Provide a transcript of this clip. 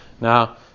Now